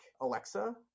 Alexa